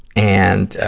and, ah,